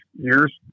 years